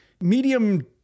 medium-